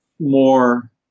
more